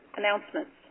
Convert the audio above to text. announcements